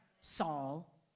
Saul